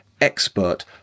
expert